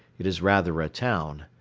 it is rather a town.